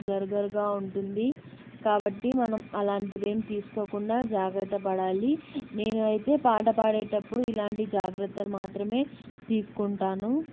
గరగరగా ఉంటుంది కాబట్టి మనం అలాంటివి ఏం తీసుకోకుండా జాగ్రత్త పడాలి నేనైతే పాట పాడేటప్పుడు ఇలాంటి జాగ్రత్తలు మాత్రమే తీసుకుంటాను